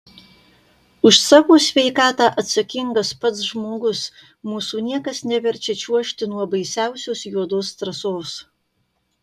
už savo sveikatą atsakingas pats žmogus mūsų niekas neverčia čiuožti nuo baisiausios juodos trasos